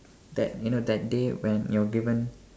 that you know that day when you're given